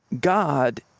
God